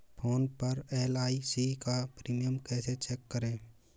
Phone पर एल.आई.सी का premium कैसे चेक करें?